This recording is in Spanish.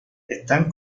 están